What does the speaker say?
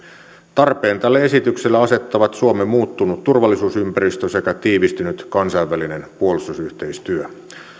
tarpeen tälle esitykselle asettavat suomen muuttunut turvallisuusympäristö sekä tiivistynyt kansainvälinen puolustusyhteistyö